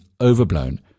overblown